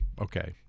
Okay